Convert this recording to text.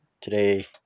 today